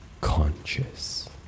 Conscious